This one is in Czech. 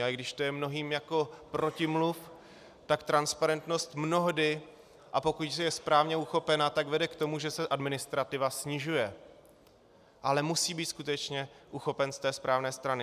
A i když je to mnohým jako protimluv, tak transparentnost mnohdy, a pokud je správně uchopena, vede k tomu, že se administrativa snižuje, ale musí být skutečně uchopena z té správné strany.